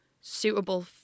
suitable